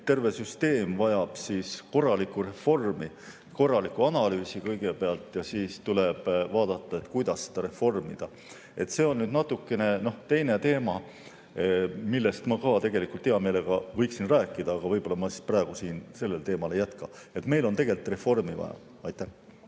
terve süsteem vajab korralikku reformi. Kõigepealt korralikku analüüsi ja siis tuleb vaadata, kuidas seda reformida. See on nüüd natuke teine teema, millest ma tegelikult hea meelega võiksin rääkida, aga võib-olla ma praegu sellel teemal ei jätka. Meil on tegelikult reformi vaja. Aitäh!